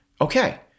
Okay